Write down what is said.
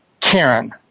Karen